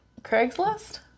Craigslist